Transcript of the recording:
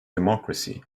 democracy